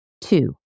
two